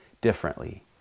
differently